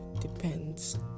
depends